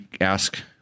ask